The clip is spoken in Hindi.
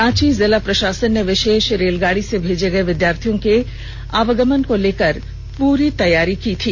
रांची जिला प्रशासन ने विशेष रेलगाडी से भेजे गये विद्यार्थियों के आगमन को लेकर पूरी तैयारी की थी